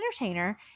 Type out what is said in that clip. entertainer